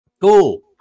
Cool